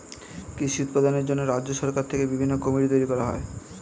কৃষি উৎপাদনের জন্য রাজ্য সরকার থেকে বিভিন্ন কমিটি তৈরি করা হয়